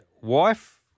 wife